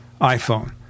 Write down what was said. iPhone